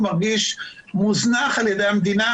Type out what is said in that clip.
הוא מרגיש מוזנח על ידי המדינה,